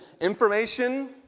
information